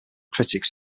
critics